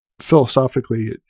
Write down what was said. philosophically